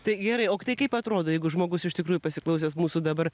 tai gerai o tai kaip atrodo jeigu žmogus iš tikrųjų pasiklausęs mūsų dabar